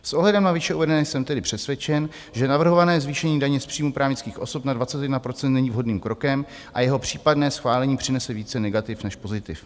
S ohledem na výše uvedené jsem tedy přesvědčen, že navrhované zvýšení daně z příjmů právnických osob na 21 % není vhodným krokem a jeho případné schválení přinese více negativ než pozitiv.